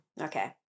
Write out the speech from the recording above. Okay